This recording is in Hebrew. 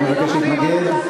אתה מבקש להתנגד?